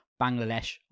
Bangladesh